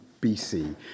BC